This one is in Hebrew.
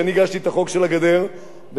וגם יושב-ראש הכנסת זוכר,